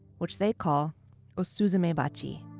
which they call osuzumebachi.